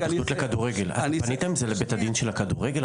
אתם פניתם עם זה לבית הדין של הכדורגל,